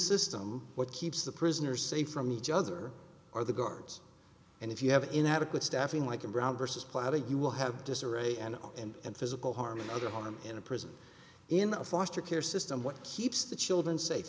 system what keeps the prisoner safe from each other are the guards and if you have inadequate staffing like in brown versus platter you will have disarray and and and physical harm another one in a prison in the foster care system what keeps the children sa